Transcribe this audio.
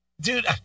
dude